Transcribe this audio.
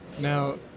Now